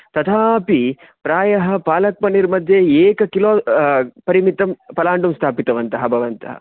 तथापि प्रायः पालक् पन्नीर् मध्ये एकं किलो परिमितं पलाण्डुं स्थापितवन्तः भवन्तः